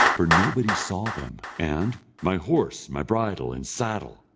for nobody saw them, and, my horse, my bridle, and saddle!